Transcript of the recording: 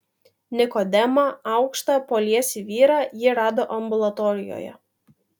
nikodemą aukštą poliesį vyrą ji rado ambulatorijoje